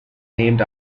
named